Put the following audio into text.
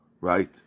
right